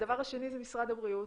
הדבר השני זה משרד הבריאות.